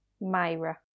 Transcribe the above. Myra